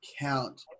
count